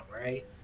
right